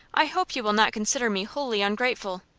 i hope you will not consider me wholly ungrateful.